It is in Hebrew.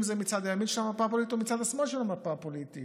אם זה מצד ימין של המפה הפוליטית או מצד שמאל של המפה הפוליטית.